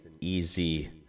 easy